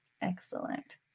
Excellent